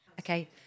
Okay